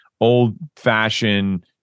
old-fashioned